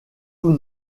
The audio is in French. tous